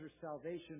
salvation